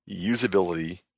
usability